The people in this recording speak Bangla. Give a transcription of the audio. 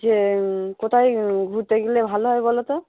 যে কোথায় ঘুরতে গেলে ভালো হয় বলো তো